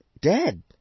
dead